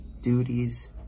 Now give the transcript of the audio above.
duties